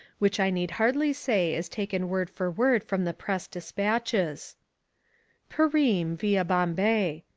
which i need hardly say is taken word for word from the press despatches perim, via bombay.